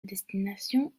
destination